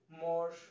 more